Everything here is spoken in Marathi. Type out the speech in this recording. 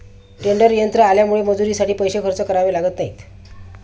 टेडर यंत्र आल्यामुळे मजुरीसाठी पैसे खर्च करावे लागत नाहीत